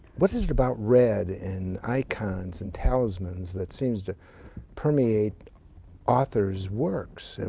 what is it about red and icons and talismans, that seem to permeate author's works, and